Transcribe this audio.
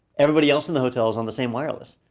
everybody else in the hotel is on the same wireless.